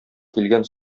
килгән